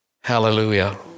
Hallelujah